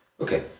Okay